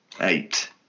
eight